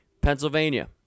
Pennsylvania